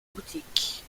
boutique